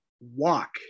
walk